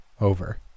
Over